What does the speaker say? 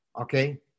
Okay